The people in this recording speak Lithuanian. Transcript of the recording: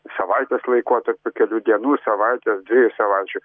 savaitės laikotarpiu kelių dienų savaitės dviejų savaičių